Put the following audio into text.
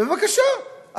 בבקשה,